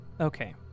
Okay